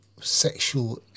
sexual